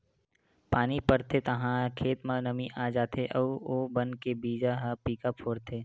पानी परथे ताहाँले खेत म नमी आ जाथे अउ ओ बन के बीजा ह पीका फोरथे